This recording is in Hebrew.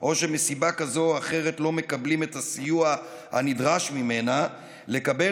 או שמסיבה כזאת או אחרת לא מקבלים את הסיוע הנדרש ממשפחתם לקבל